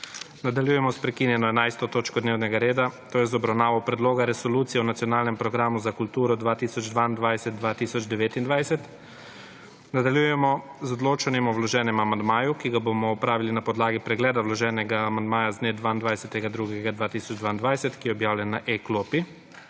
**Nadaljujemo s prekinjeno 11. točko dnevnega reda – z obravnavo predloga resolucije o nacionalnem programu za kulturo 2022-2029.** Nadaljujemo z odločanjem o vloženem amandmaju, ki ga bomo opravili na podlagi pregleda vloženega amandmaja z dne 22. 2. 2022, ki je objavljen na e-klopi.